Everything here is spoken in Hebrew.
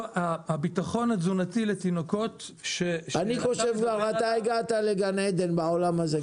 הביטחון התזונתי לתינוקות --- אני חושב כבר הגעת לגן עדן בעולם הזה,